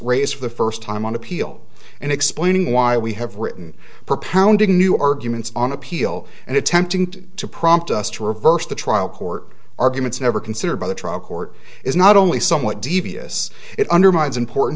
for the first time on appeal and explaining why we have written propounding new arguments on appeal and attempting to prompt us to reverse the trial court arguments never considered by the trial court is not only somewhat devious it undermines important